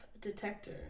detector